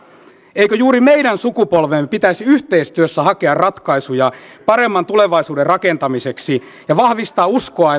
eikö juuri meidän sukupolvemme pitäisi yhteistyössä hakea ratkaisuja paremman tulevaisuuden rakentamiseksi ja vahvistaa uskoa